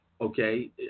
Okay